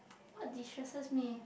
what distresses me